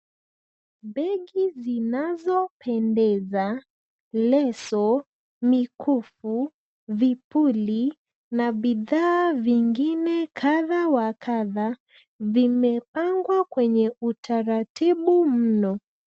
Begi zinazopendeza, leso, mikufu, vipuli na bidhaa vingine kadha wa kadha ,vimepangwa kwenye utaratibu mno.